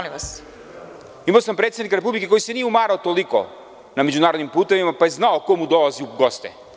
Imao sam predsednika Republike koji se nije umarao toliko na međunarodnim putevima pa je znao ko mu dolazi u goste.